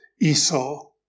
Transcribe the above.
Esau